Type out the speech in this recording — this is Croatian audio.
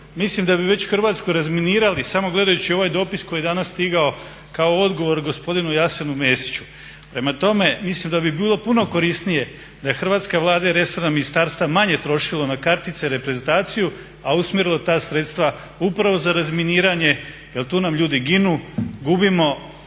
mislim da bi već Hrvatsku razminirali samo gledajući ovaj dopis koji je danas stigao kao odgovor gospodinu Jasenu Mesiću. Prema tome mislim da bi bilo puno korisnije da je hrvatska Vlada i resorna ministarstva manje trošilo na kartice, reprezentaciju a usmjerilo ta sredstva upravo za razminiranje, jer tu nam ljudi ginu, gubimo